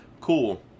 Cool